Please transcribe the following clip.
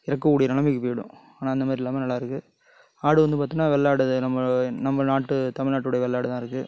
இறக்கக்கூடிய நிலைமைக்கி போய்விடும் ஆனால் அந்த மாதிரி இல்லாமல் நல்லாருக்கு ஆடு வந்து பார்த்தோன்னா வெள்ளாடு தான் நம்ம நம்ப நாட்டு தமிழ்நாட்டோட வெள்ளாடு தான் இருக்கு